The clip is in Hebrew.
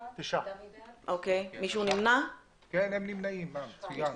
אין נמנעים, 3 אושר.